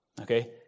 Okay